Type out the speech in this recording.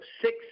six